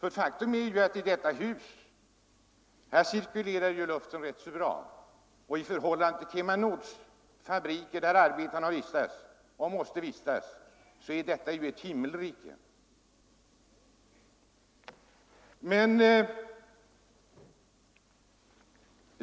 Här i huset cirkulerar luften rätt så bra, och i förhållande till KemaNords fabriker, där arbetarna måste vistas, är detta hus ett himmelrike.